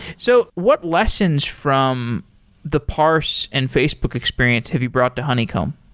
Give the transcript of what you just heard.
so what lessons from the parse and facebook experience have you brought to honeycomb?